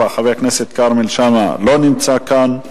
שאילתא 1344, חבר הכנסת כרמל שאמה לא נמצא כאן.